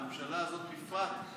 והממשלה הזאת בפרט,